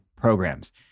programs